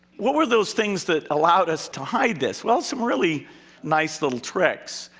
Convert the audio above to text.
what were those things that allowed us to hide this? well, some really nice little tricks.